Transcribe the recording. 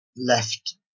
left